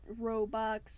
Robux